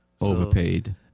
overpaid